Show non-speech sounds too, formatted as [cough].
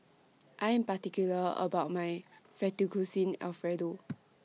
I Am particular about My [noise] Fettuccine Alfredo